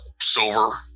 silver